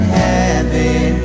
heaven